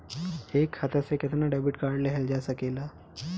एक खाता से केतना डेबिट कार्ड लेहल जा सकेला?